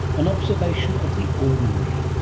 an observation of the ordinary,